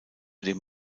dem